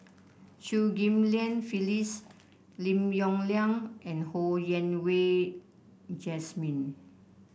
Chew Ghim Lian Phyllis Lim Yong Liang and Ho Yen Wah Jesmine